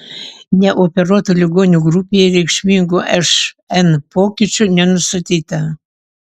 neoperuotų ligonių grupėje reikšmingų šn pokyčių nenustatyta